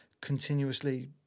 continuously